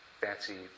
fancy